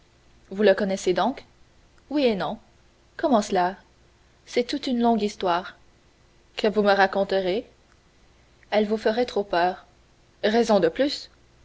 vous le connaissez donc oui et non comment cela c'est toute une longue histoire que vous me raconterez elle vous ferait trop peur raison de plus